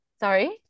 Sorry